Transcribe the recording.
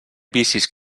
vicis